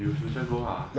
you shouldn't go ah